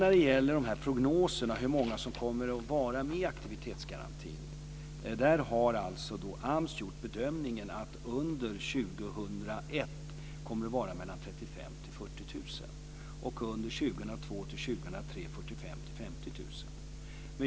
När det gäller prognoserna över hur många som kommer att vara med i aktivitetsgarantin har AMS gjort bedömningen att det under 2001 kommer att vara 35 000-40 000 personer och att det under 2002 2003 kommer att vara 45 000-50 000 personer.